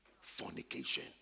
Fornication